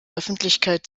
öffentlichkeit